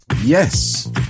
Yes